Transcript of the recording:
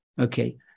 Okay